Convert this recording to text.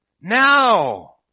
Now